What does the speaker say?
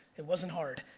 it wasn't hard.